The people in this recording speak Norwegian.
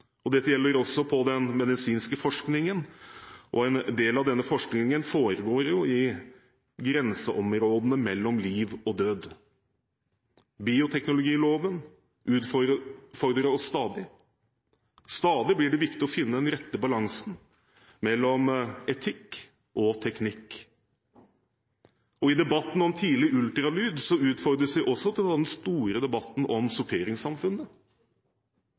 og dette gjelder også den medisinske forskningen. En del av denne forskningen foregår jo i grenseområdene mellom liv og død. Bioteknologiloven utfordrer oss stadig. Stadig blir det viktig å finne den rette balansen mellom etikk og teknikk. I debatten om tidlig ultralyd utfordres vi også til å ta den store debatten om sorteringssamfunnet.